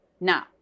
Now